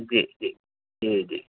जी जी जी जी